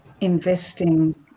investing